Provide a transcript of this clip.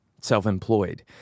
self-employed